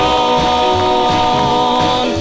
on